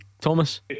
Thomas